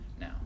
now